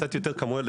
קצת יותר כמויות,